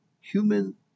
human